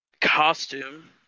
costume